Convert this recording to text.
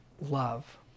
love